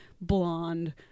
blonde